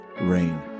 Rain